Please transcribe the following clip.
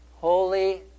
holy